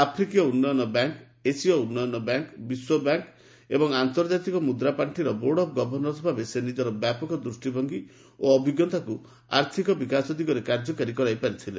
ଆଫ୍ରିକୀୟ ଉନ୍ନୟନ ବ୍ୟାଙ୍କ୍ ଏସୀୟ ଉନ୍ନୟନ ବ୍ୟାଙ୍କ୍ ବିଶ୍ୱ ବ୍ୟାଙ୍କ୍ ଏବଂ ଆର୍ନ୍ତଜାତିକ ମୁଦ୍ରା ପାର୍ଷିର ବୋର୍ଡ ଅଫ୍ ଗଭର୍ଣ୍ଣସ୍ ଭାବେ ନିଜର ବ୍ୟାପକ ଦୃଷ୍ଟି ଭଙ୍ଗୀ ଓ ଅଭିଜ୍ଞତାକୁ ଆର୍ଥିକ ବିକାଶ ଦିଗରେ କାର୍ଯ୍ୟକାରୀ କରିପାରିଥିଲେ